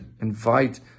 invite